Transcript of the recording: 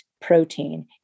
protein